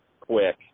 quick